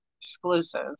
exclusive